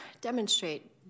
demonstrate